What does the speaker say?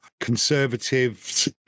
Conservatives